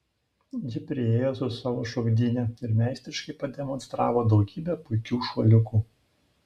ji priėjo su savo šokdyne ir meistriškai pademonstravo daugybę puikių šuoliukų